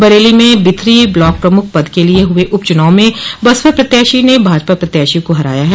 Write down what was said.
बरेली में बिथरी ब्लॉक प्रमुख पद क लिए हुए उप चुनाव में बसपा प्रत्याशी ने भाजपा प्रत्याशी को हराया है